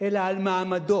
אלא על מעמדות,